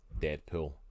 Deadpool